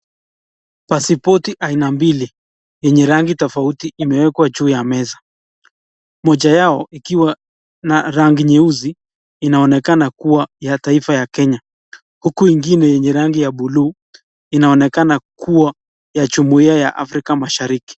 Pasipoti aina mbili yenye rangi tofauti imewekwa juu ya meza, moja yao ikiwa na rangi nyeusi inaonekana kuwa ya taifa ya Kenya huku ingine yenye rangi ya buluu inaonekana kuwa ni ya Jumuiya ya Afrika Mashariki.